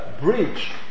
bridge